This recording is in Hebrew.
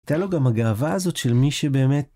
היתה לו גם הגאווה הזאת של מי שבאמת...